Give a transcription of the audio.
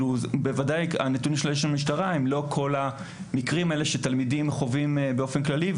בוודאי שהנתונים של המשטרה הם לא כל המקרים שתלמידים חוו באופן כללי.